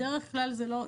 בדרך כלל זה לא,